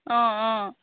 অঁ অঁ